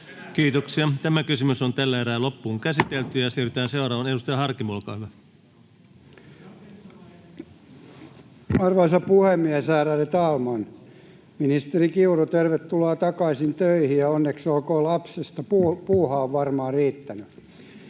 hallitukselle vaan näille köyhille ihmisille. Siirrytään seuraavaan. — Edustaja Harkimo, olkaa hyvä. Arvoisa puhemies, ärade talman! Ministeri Kiuru, tervetuloa takaisin töihin ja onneksi olkoon lapsesta! Puuhaa on varmaan riittänyt.